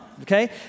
Okay